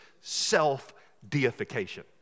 self-deification